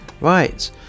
Right